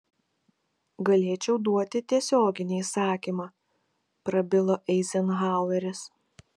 galėčiau duoti tiesioginį įsakymą prabilo eizenhaueris